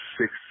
six